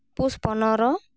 ᱯᱩᱥ ᱯᱚᱱᱮᱨᱚ